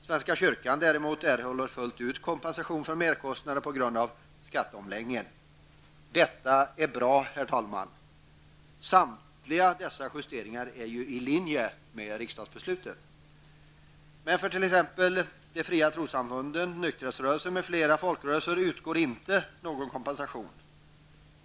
Svenska kyrkan däremot erhåller fullt ut kompensation för merkostnader på grund av skatteomläggningen. Detta är bra, herr talman. Samtliga dessa justeringar är i linje med riksdagsbeslutet. folkrörelser utgår ingen kompensation.